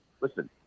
Listen